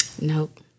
Nope